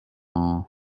all